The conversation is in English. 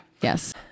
Yes